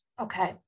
okay